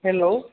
hello